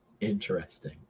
Interesting